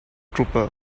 trooper